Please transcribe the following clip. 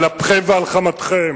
על אפכם ועל חמתכם,